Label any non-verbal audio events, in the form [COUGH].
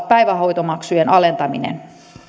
[UNINTELLIGIBLE] päivähoitomaksujen alentaminen